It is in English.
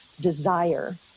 desire